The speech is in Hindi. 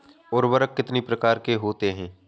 उर्वरक कितनी प्रकार के होते हैं?